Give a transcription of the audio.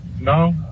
No